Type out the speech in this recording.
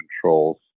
controls